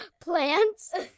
plants